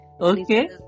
Okay